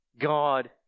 God